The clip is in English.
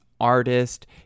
artist